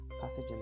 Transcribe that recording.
passage